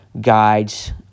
guides